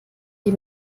die